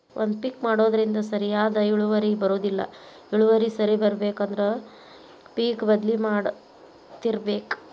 ಒಂದೇ ಪಿಕ್ ಮಾಡುದ್ರಿಂದ ಸರಿಯಾದ ಇಳುವರಿ ಬರುದಿಲ್ಲಾ ಇಳುವರಿ ಸರಿ ಇರ್ಬೇಕು ಅಂದ್ರ ಪಿಕ್ ಬದ್ಲಿ ಮಾಡತ್ತಿರ್ಬೇಕ